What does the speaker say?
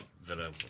Villa